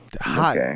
Hot